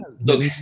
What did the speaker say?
look